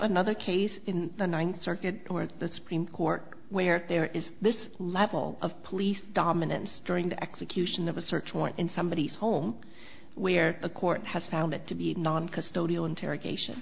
another case in the ninth circuit or the supreme court where there is this level of police dominance during the execution of a search warrant in somebody's home where a court has found it to be a non custodial interrogation